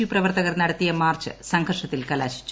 U പ്രവർത്തകർ നടത്തിയ march സംഘർഷത്തിൽ കലാശിച്ചു